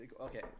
Okay